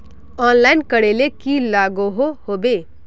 Online करले की लागोहो होबे?